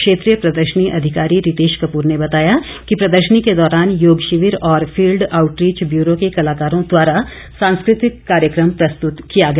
क्षेत्रीय प्रदर्शनी अधिकारी रितेश कप्र ने बताया कि प्रदर्शनी के दौरान योग शिविर और फील्ड आउटरीच ब्यूरो के कलाकारों द्वारा सांस्कृतिक कार्यक्रम प्रस्तृत किया गया